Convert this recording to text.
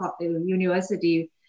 university